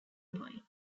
point